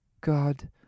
god